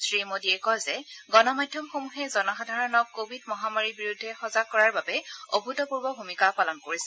শ্ৰীমোদীয়ে কয় যে গণ মাধ্যমসমূহে জনসাধাৰণক কোৱিড মহামাৰীৰ বিৰুদ্ধে সজাগ কৰাৰ বাবে অভূতপূৰ্ব ভূমিকা পালন কৰিছে